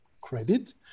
credit